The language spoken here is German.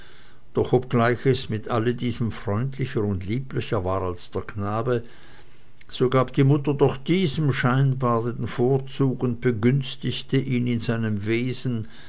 doch obgleich es mit alle diesem freundlicher und lieblicher war als der knabe so gab die mutter doch diesem scheinbar den vorzug und begünstigte ihn in seinem wesen